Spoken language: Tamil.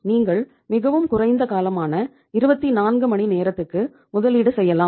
நீங்கள் மிகவும் குறைந்த காலமான 24 மணி நேரத்துக்கு முதலீடு செய்யலாம்